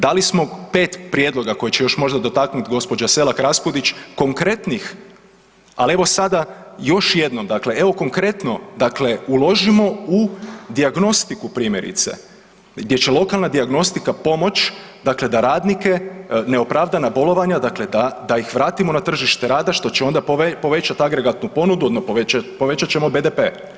Dali smo 5 prijedloga koji će još možda dotaknuti gđa. Selak Raspudić, konkretnih ali evo sada još jednom, dakle, evo konkretnom dakle, uložimo u dijagnostiku, primjerice, gdje će lokalna dijagnostika pomoć dakle da radnike, neopravdana bolovanja, dakle da ih vratimo na tržište rada što će onda povećat agregatnu ponudu, povećat ćemo BDP.